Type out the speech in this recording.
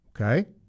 Okay